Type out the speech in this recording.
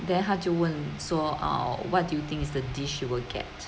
then 他就问说 err what do you think is the dish you will get